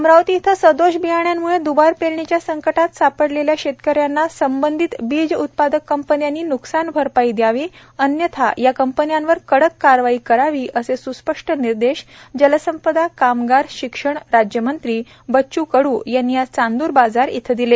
अमरावती इथं सदोष बियाण्यामुळे दुबार पेरणीच्या संकटात सापडलेल्या शेतकऱ्यांना संबंधित बीज उत्पादक कंपन्यांनी न्कसानभरपाई दयावी अन्यथा या कंपन्यांवर कडक कारवाई करावी असे सुस्पष्ट निर्देश जलसंपदा कामगार शिक्षण राज्यमंत्री बच्चूभाऊ कडू यांनी आज चांदूर बाजार येथे दिले